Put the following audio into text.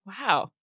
Wow